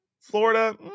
Florida